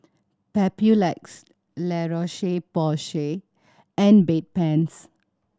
Papulex La Roche Porsay and Bedpans